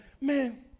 man